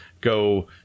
go